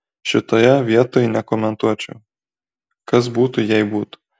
šitoje vietoj nekomentuočiau kas būtų jei būtų